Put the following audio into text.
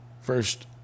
first